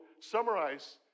summarize